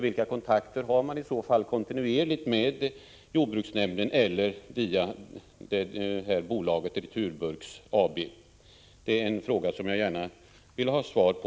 Vilka kontakter har man i så fall kontinuerligt med jordbruksnämnden -— eller returburksbolaget? Det är en fråga som jag gärna skulle vilja ha svar på.